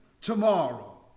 tomorrow